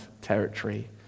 territory